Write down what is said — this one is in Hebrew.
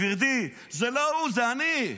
גברתי, זה לא הוא, זה אני.